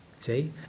see